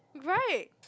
right